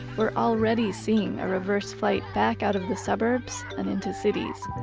we're already seeing a reverse flight back out of the suburbs and into cities.